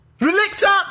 Relicta